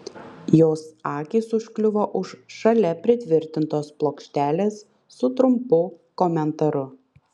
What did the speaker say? jos akys užkliuvo už šalia pritvirtintos plokštelės su trumpu komentaru